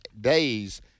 days